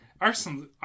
Arsenal